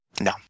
No